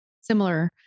similar